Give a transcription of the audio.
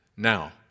Now